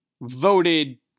voted